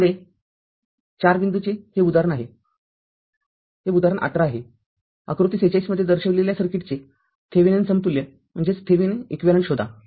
पुढे र ४ बिंदूचे हे उदाहरण १८ आहेआकृती ४६ मध्ये दर्शविलेल्या सर्किटचे थेविनिन समतुल्य शोधा